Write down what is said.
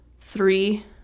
three